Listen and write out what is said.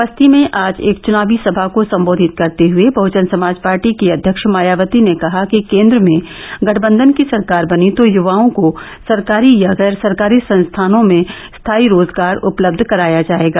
बस्ती में आज एक चुनावी सभा को सम्बोधित करते हये बहजन समाज पार्टी की अध्यक्ष मायावती ने कहा कि केन्द्र में गठबंधन की सरकार बनी तो युवाओं को सरकारी या गैर सरकारी संस्थानों में स्थायी रोजगार उपलब्ध कराया जायेगा